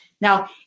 Now